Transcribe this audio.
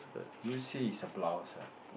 you would say it's a blouse ah